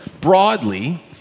broadly